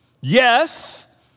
Yes